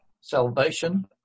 salvation